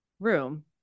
Room